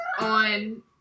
on